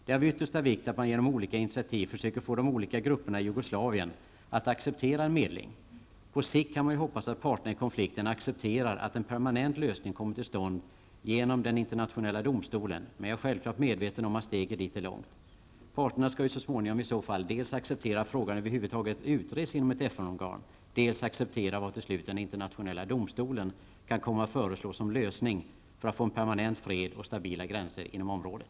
Det är av yttersta vikt att man genom olika initiativ försöker få de olika grupperna i Jugoslavien att acceptera en medling. På sikt kan man ju hoppas att parterna i konflikten accepterar att en permanent lösning kommer till stånd genom den internationella domstolen. Men jag är självfallet medveten om att steget dit är långt. Parterna skall ju så småningom i så fall dels acceptera att frågan över huvud taget utreds inom ett FN-organ, dels acceptera vad den internationella domstolen till slut kan komma att föreslå som lösning för att åstadkomma en permanent fred och stabila gränser inom området.